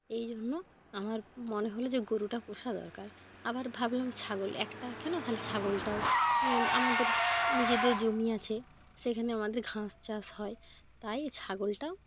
এই জন্য আমার মনে হলো যে গরুটা পোষা দরকার আবার ভাবলাম ছাগল একটাকে না তাহলে ছাগলটাও আমাদের নিজেদের জমি আছে সেইখানে আমাদের ঘাস চাষ হয় তাই এই ছাগলটাও